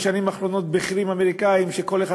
בשנים האחרונות בכירים אמריקנים שכל אחד